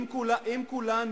אם כולנו,